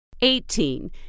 Eighteen